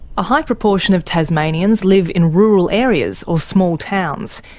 a high proportion of tasmanians live in rural areas or small towns.